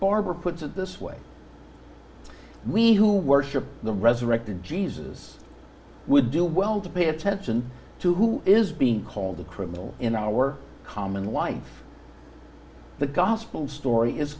barber puts it this way we who worship the resurrected jesus would do well to pay attention to who is being called a criminal in our common life the gospel story is